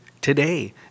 today